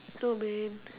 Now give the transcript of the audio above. oh man